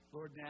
Lord